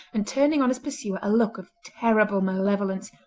and turning on his pursuer a look of terrible malevolence,